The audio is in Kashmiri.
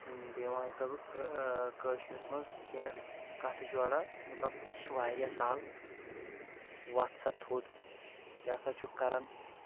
بیٚیہِ ونے تو بہٕ کٲشرِس منٛز کینٛہہ کتھٕ جورا مطلب یہِ چھ واریاہ سہل وۄتھ سا تھوٚد کیٛاہ سا چھُکھ کران